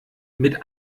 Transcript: mit